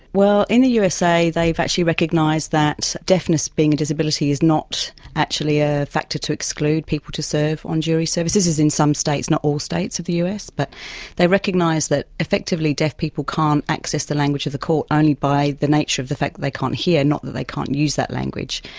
well, in the usa, they've actually recognised that deafness being a disability is not actually a factor to exclude people to serve on jury services in some states, not all states, of the us. but they recognise that, effectively, deaf people can't access the language of the court only by the nature of the fact that they can't hear, not that they can't use that language.